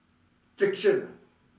friction ah